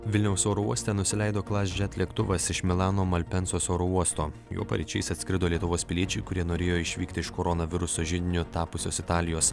vilniaus oro uoste nusileido klasjet lėktuvas iš milano malpensos oro uosto juo paryčiais atskrido lietuvos piliečiai kurie norėjo išvykti iš koronaviruso židiniu tapusios italijos